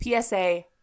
PSA